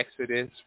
Exodus